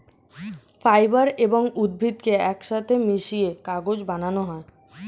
fibre এবং উদ্ভিদকে একসাথে মিশিয়ে কাগজ বানানো হয়